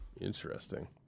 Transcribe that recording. Interesting